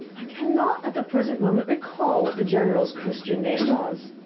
i cannot at the present moment recall what the general's christian name was.